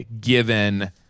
given